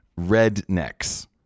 Rednecks